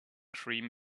cream